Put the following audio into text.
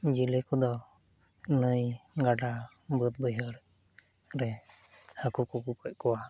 ᱡᱮᱞᱮ ᱠᱚᱫᱚ ᱱᱟᱹᱭ ᱜᱟᱰᱟ ᱵᱟᱹᱫᱽᱼᱵᱟᱹᱭᱦᱟᱹᱲ ᱨᱮ ᱦᱟᱹᱠᱩ ᱠᱚᱠᱚ ᱜᱚᱡ ᱠᱚᱣᱟ